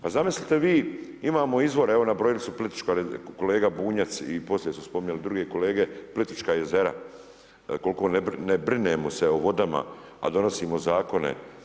Pa zamislite vi imamo izvore evo nabrojili su, kolega Bunjac i poslije su spominjali druge kolege Plitvička jezera koliko ne brinemo se o vodama a donosimo zakone.